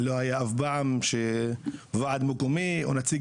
לא היה אף פעם שוועד מקומי או נציג